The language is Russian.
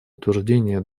утверждение